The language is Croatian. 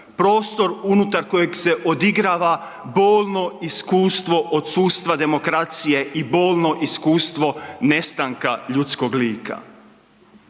prostor unutar kojeg se odigrava bolno iskustvo odsustva demokracije i bolno iskustvo nestanka ljudskog lika.